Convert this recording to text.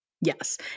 Yes